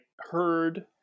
heard